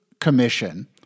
commission